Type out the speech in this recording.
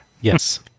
Yes